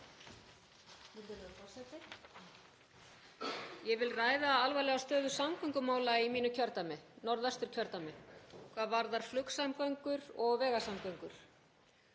Ég vil ræða alvarlega stöðu samgöngumála í mínu kjördæmi, Norðvesturkjördæmi, hvað varðar flugsamgöngur og vegasamgöngur.